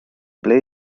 ble